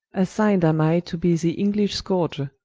assign'd am i to be the english scourge.